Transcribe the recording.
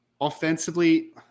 Offensively